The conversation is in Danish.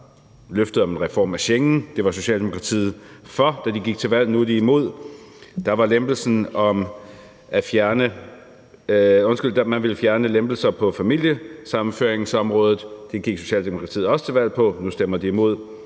Der var løftet om en reform af Schengen; det var Socialdemokratiet for, da de gik til valg, og nu er de imod. Man ville fjerne lempelser på familiesammenføringsområdet; det gik Socialdemokratiet også til valg på, men nu stemmer de imod.